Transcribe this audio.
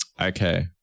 okay